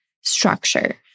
structure